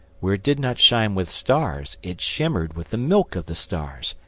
where it did not shine with stars it shimmered with the milk of the stars,